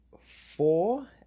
four